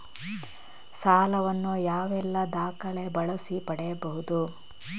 ಸಾಲ ವನ್ನು ಯಾವೆಲ್ಲ ದಾಖಲೆ ಬಳಸಿ ಪಡೆಯಬಹುದು?